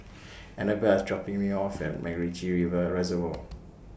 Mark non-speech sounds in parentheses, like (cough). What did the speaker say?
Anabel IS dropping Me off At Macritchie Reservoir (noise)